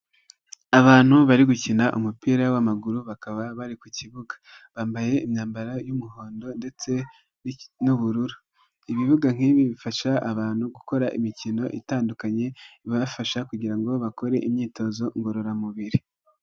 Abantu bari gukina umupira w'amaguru, bakaba bari ku kibuga, bambaye imyambaro y'umuhondo ndetse n'ubururu, ibibuga nk'ibi bifasha abantu gukora imikino itandukanye, ibafasha kugira ngo bakore imyitozo ngororamubiri.